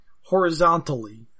horizontally